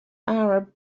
arab